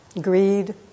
Greed